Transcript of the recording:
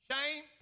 shame